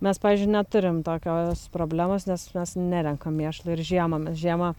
mes pavyzdžiui neturim tokios problemos nes mes nerenkam mėšlo ir žiemą mes žiemą